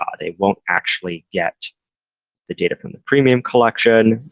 um they won't actually get the data from the premium collection.